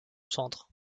centre